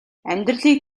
амьдралыг